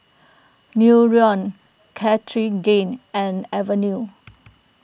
Nutren Cartigain and Avenue